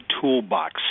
toolbox